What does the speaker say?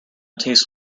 tastes